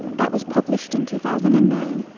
that was published in two thousand and nine,